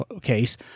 case